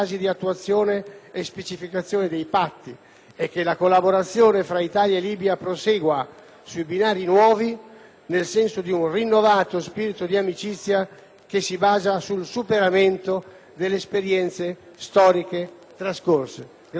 nel senso di un rinnovato spirito di amicizia che si basa sul superamento delle esperienze storiche trascorse. *(Applausi